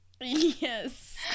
Yes